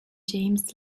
james